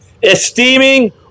Esteeming